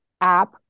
app